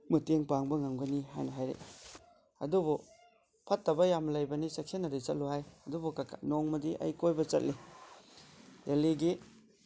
ꯃꯇꯦꯡ ꯄꯥꯡꯕ ꯉꯝꯒꯅꯤ ꯍꯥꯏꯅ ꯍꯥꯏꯔꯛꯏ ꯑꯗꯨꯕꯨ ꯐꯠꯇꯕ ꯌꯥꯝꯅ ꯂꯩꯕꯅꯤ ꯆꯦꯛꯁꯤꯟꯅꯗꯤ ꯆꯠꯂꯨ ꯍꯥꯏ ꯑꯗꯨꯕꯨ ꯅꯣꯡꯃꯗꯤ ꯑꯩ ꯀꯣꯏꯕ ꯆꯠꯂꯤ ꯗꯦꯜꯂꯤꯒꯤ